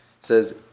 says